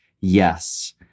yes